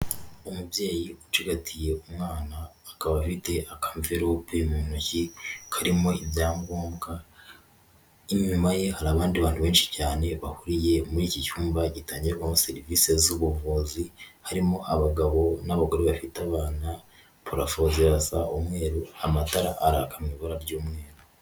Umubyeyi ucigatiye umwana, akaba afite akamvirope mu ntoki karimo ibyangombwa. Inyuma ye hari abandi bantu benshi cyane bahuriye muri iki cyumba gitangingwamo serivisi z'ubuvuzi, harimo abagabo n'abagore bafite abana. parafo zirasa umweru amatara araka mu ibara ry'umweru.